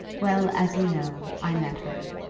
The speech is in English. well as you know, i met her.